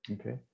Okay